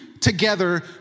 together